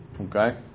okay